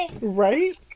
right